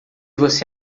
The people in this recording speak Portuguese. você